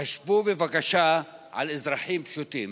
חשבו בבקשה על אזרחים פשוטים